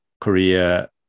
korea